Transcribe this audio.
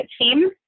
team